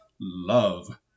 love